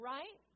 Right